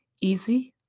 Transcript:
easy